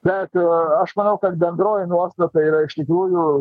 bet aš manau kad bendroji nuostata yra iš tikrųjų